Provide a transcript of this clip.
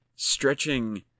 stretching